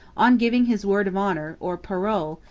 on giving his word of honour, or parole,